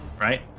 Right